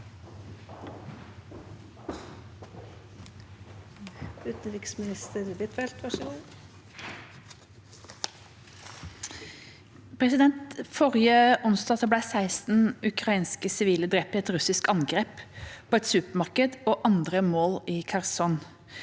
Utenriksminister Anniken Huitfeldt Forrige onsdag ble 16 ukrainske sivile drept i et russisk angrep på et supermarked og andre mål i Kherson.